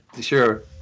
Sure